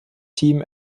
team